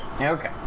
Okay